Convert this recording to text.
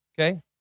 Okay